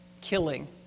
killing